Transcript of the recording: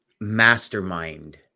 mastermind